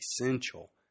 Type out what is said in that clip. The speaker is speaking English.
essential